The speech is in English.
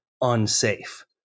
unsafe